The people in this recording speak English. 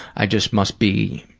i just must be